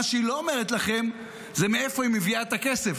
מה שהיא לא אומרת לכם הוא מאיפה היא מביאה את הכסף.